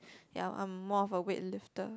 ya I'm more of a weightlifter